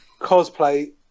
Cosplay